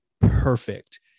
perfect